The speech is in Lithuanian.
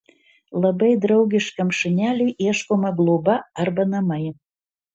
labai draugiškam šuneliui ieškoma globa arba namai